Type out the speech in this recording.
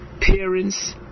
parents